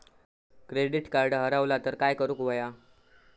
Credit card हरवला तर काय करुक होया?